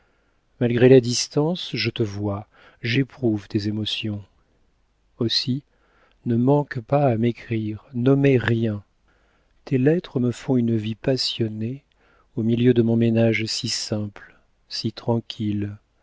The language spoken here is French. malgré la distance je te vois j'éprouve tes émotions aussi ne manque pas à m'écrire n'omets rien tes lettres me font une vie passionnée au milieu de mon ménage si simple si tranquille